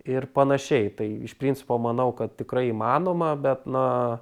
ir panašiai tai iš principo manau kad tikrai įmanoma bet na